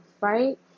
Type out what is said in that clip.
right